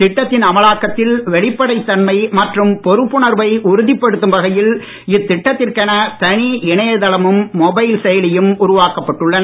திட்டத்தின் அமலாக்கத்தில் வெளிப்படத் தன்மை மற்றும் பொறுப்புனர்வை உறுத்திப்படுத்தும் வகையில் இத்திட்டத்திற்கென தனி இணையதளமும் மொபைல் செயலியும் உருவாக்கப்பட்டுள்ளன